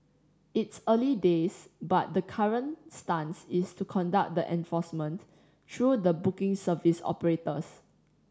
it's early days but the current stance is to conduct the enforcement through the booking service operators